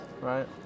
right